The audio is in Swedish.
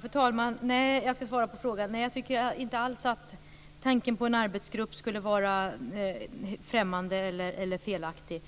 Fru talman! Jag ska svara på frågan. Nej, jag tycker inte alls att tanken på en arbetsgrupp är främmande eller felaktig.